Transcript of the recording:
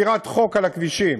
מפרת חוק, על הכבישים: